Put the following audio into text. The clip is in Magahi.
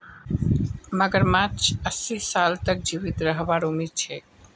मगरमच्छक अस्सी साल तक जीवित रहबार उम्मीद छेक